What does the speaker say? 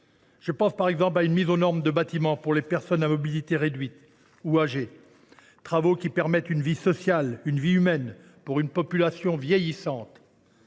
je pense, par exemple, à une mise aux normes de bâtiments pour les personnes à mobilité réduite ou âgées, travaux qui permettent une vie sociale, une vie humaine, pour une population vieillissante.